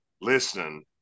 listening